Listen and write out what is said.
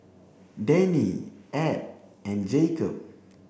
Dannie Edd and Jacob